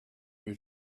you